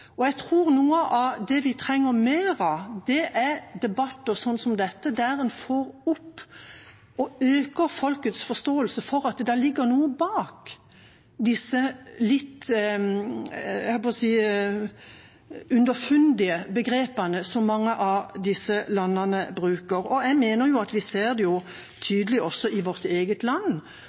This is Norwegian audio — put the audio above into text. Jeg tror noe av det vi trenger mer av, er debatter som dette, der en får opp og øker folkets forståelse for at det ligger noe bak disse litt underfundige begrepene som mange av disse landene bruker. Jeg mener jo at vi også i vårt eget land